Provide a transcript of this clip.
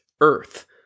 Earth